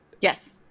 yes